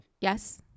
Yes